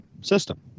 system